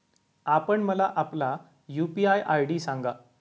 आपण मला आपला यू.पी.आय आय.डी सांगा